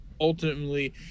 ultimately